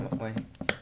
ah why